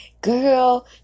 girl